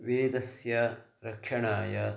वेदस्य रक्षणाय